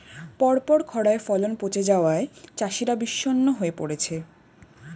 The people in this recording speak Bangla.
পরপর খড়ায় ফলন পচে যাওয়ায় চাষিরা বিষণ্ণ হয়ে পরেছে